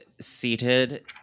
seated